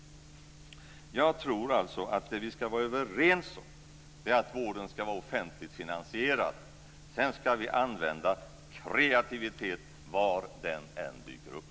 Det vi ska vara överens om är att vården ska vara offentligt finansierad. Sedan ska vi använda kreativitet var den än dyker upp.